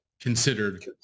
Considered